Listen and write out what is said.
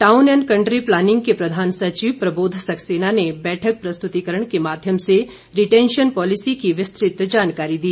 town and country planning के प्रधान सचिव प्रबोध सक्सेना ने बैठक प्रस्तुतिकरण के माध्यम से रिटेंशन पॉलिसी की विस्तृत जानकारी दी